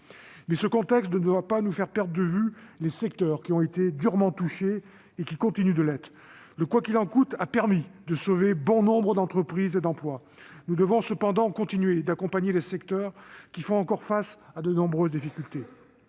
Mais ce contexte ne doit pas nous faire perdre de vue les secteurs qui ont été durement touchés et qui continuent de l'être. Si le « quoi qu'il en coûte » a permis de sauver bon nombre d'entreprises et d'emplois, nous devons continuer d'accompagner les secteurs qui font encore face à de nombreuses difficultés.